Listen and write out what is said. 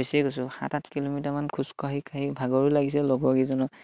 বেছি গৈছোঁ সাত আঠ কিলোমিটাৰমান খোজকাঢ়ি কাঢ়ি ভাগৰো লাগিছে লগৰ কেইজনৰ